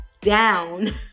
down